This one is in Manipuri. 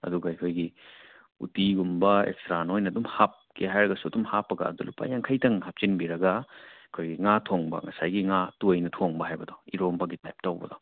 ꯑꯗꯨꯒ ꯑꯩꯈꯣꯏꯒꯤ ꯎꯠꯇꯤꯒꯨꯝꯕ ꯑꯦꯛꯁꯇ꯭ꯔꯥ ꯅꯣꯏꯅ ꯑꯗꯨꯝ ꯍꯥꯞꯀꯦ ꯍꯥꯏꯔꯒꯁꯨ ꯑꯗꯨꯝ ꯍꯥꯞꯄꯒ ꯑꯗꯨ ꯂꯨꯄꯥ ꯌꯥꯡꯈꯩꯇꯪ ꯍꯥꯞꯆꯤꯟꯕꯤꯔꯒ ꯑꯩꯈꯣꯏꯒꯤ ꯉꯥ ꯊꯣꯡꯕ ꯉꯁꯥꯏꯒꯤ ꯉꯥ ꯇꯣꯏꯅ ꯊꯣꯡꯕ ꯍꯥꯏꯕꯗꯣ ꯏꯔꯣꯟꯕꯒꯤ ꯇꯥꯏꯞ ꯇꯧꯕꯗꯣ